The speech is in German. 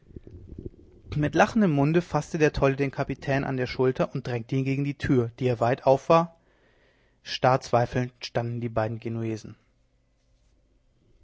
mit lachendem munde faßte der tolle den kapitän an der schulter und drängte ihn gegen die tür die er weit aufwarf starr zweifelnd standen die beiden genuesen